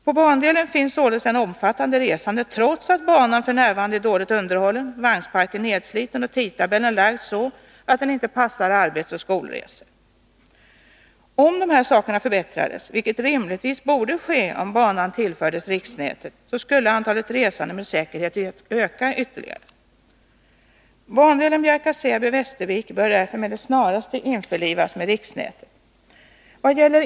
På bandelen finns således ett omfattande resande trots att banan f.n. är dåligt underhållen, vagnparken nedsliten och tidtabellen lagd så att den inte passar arbetsoch skolresor. Om de här sakerna förbättras, vilket rimligtvis borde ske om banan tillfördes riksnätet, skulle antalet resande med säkerhet öka ytterligare. Bandelen Bjärka/Säby-Västervik bör därför med det snaraste införlivas med riksnätet.